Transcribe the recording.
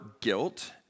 guilt